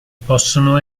possono